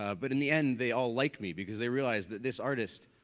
ah but in the end they all liked me because they realized that this artist,